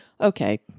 okay